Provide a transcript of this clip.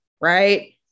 Right